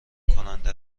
کننده